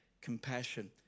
compassion